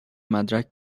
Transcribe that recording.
مدرک